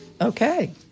Okay